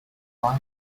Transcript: plant